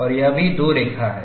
और यहां भी 2 रेखा है